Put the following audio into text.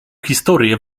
historię